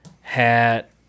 hat